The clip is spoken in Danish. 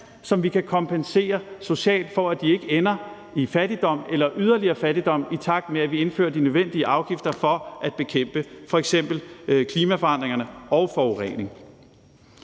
som vi kan kompensere socialt, for at de ikke ender i fattigdom eller yderligere fattigdom, i takt med at vi indfører de nødvendige afgifter for at bekæmpe f.eks. klimaforandringerne og forureningen.